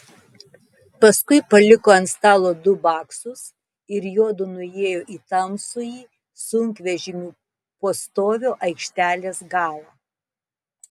paskui paliko ant stalo du baksus ir juodu nuėjo į tamsųjį sunkvežimių postovio aikštelės galą